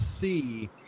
see